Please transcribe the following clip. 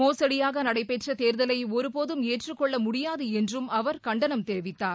மோசடியாக நடைபெற்ற தேர்தலை ஒருபோதும் ஏற்றுக்கொள்ள முடியாது என்றும் அவர் கண்டனம் தெரிவித்தார்